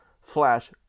slash